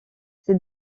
ces